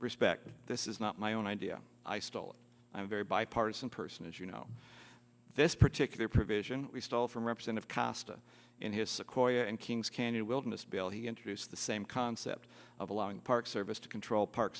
respect this is not my own idea i stole it i'm very bipartisan person as you know this particular provision he stole from represented cost in his sequoia and kings canyon wilderness bill he introduced the same concept of allowing park service to control park